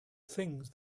things